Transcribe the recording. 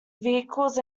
vehicles